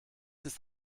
ist